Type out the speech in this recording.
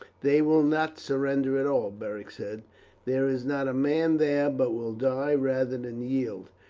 they will not surrender at all, beric said there is not a man there but will die rather than yield.